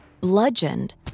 bludgeoned